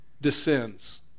descends